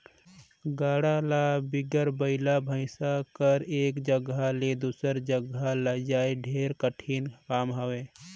गाड़ा ल बिगर बइला भइसा कर एक जगहा ले दूसर जगहा लइजई ढेरे कठिन काम हवे